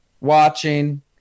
watching